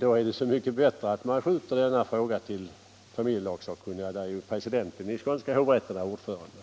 Då är det så mycket bättre att man skjuter denna fråga till familjelagssakkunniga, där presidenten i skånska hovrätten är ordförande.